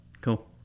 Cool